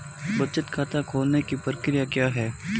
बचत खाता खोलने की प्रक्रिया क्या है?